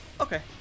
okay